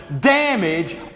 damage